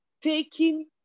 taking